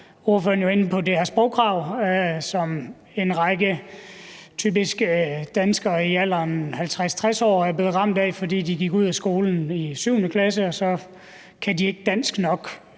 ordføreren jo inde på det her sprogkrav, som en række danskere typisk i alderen 50-60 år er blevet ramt af, fordi de gik ud af skolen efter 7. klasse, og så siger man, at de ikke kan dansk nok